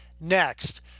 Next